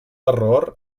error